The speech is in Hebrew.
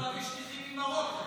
צריך להביא שטיחים ממרוקו.